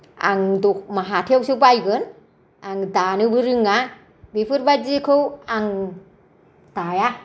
आं हाथायावसो बायगोन आं दानोबो रोङा बेफोरबादिखौ आं दाया